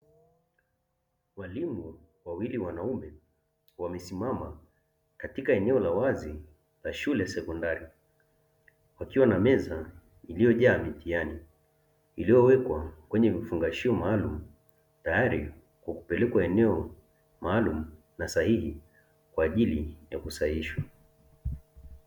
Walimu wawili wanaume wamesimama katika eneo la wazi la shule sekondari, pakiwa na meza iliyojaa mitihani, iliyowekwa kwenye vifungashio maalumu tayari kwa kupelekwa eneo maalumu na sahihi kwa ajili ya kusahihishwa.